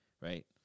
right